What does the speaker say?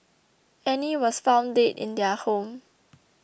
Annie was found dead in their home